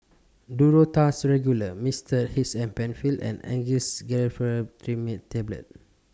Duro Tuss Regular Mixtard H M PenFill and Angised Glyceryl Trinitrate Tablets